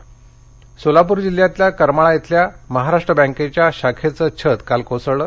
सोलापर सोलापूर जिल्ह्यातल्या करमाळा इथल्या महाराष्ट्र बँकेच्या शाखेचं छत काल कोसळलं